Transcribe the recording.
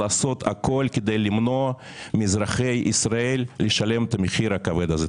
לעשות הכול כדי למנוע מאזרחי ישראל לשלם את המחיר הכבד הזה.